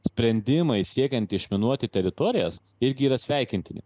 sprendimai siekiant išminuoti teritorijas irgi yra sveikintini